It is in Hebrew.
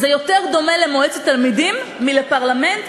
יותר דומה למועצת תלמידים מאשר לפרלמנט,